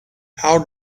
how